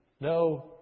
No